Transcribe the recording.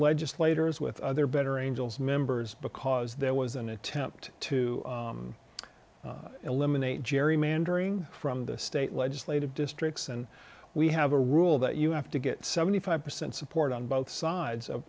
legislators with their better angels members because there was an attempt to eliminate gerrymandering from the state legislative districts and we have a rule that you have to get seventy five percent support on both sides of